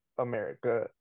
America